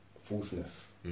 falseness